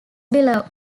below